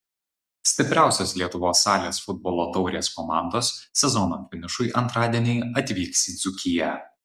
stipriausios lietuvos salės futbolo taurės komandos sezono finišui antradienį atvyks į dzūkiją